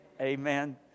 Amen